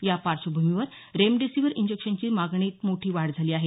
या पार्श्वभूमीवर रेमडेसिविर इंजेक्शनची मागणीत मोठी वाढ झाली आहे